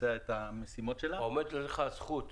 לבצע את המשימות שלה --- עומדת לך הזכות.